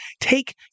take